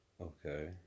Okay